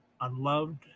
unloved